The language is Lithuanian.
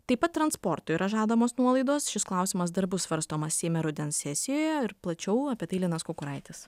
taip pat transportui yra žadamos nuolaidos šis klausimas dar bus svarstomas seime rudens sesijoje ir plačiau apie tai linas kukuraitis